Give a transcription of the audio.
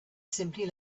simply